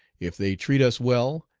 if they treat us well,